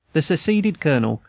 the seceded colonel,